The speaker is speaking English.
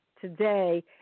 today